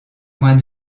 point